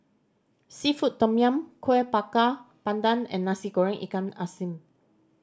seafood tom yum Kuih Bakar Pandan and Nasi Goreng ikan masin